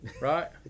right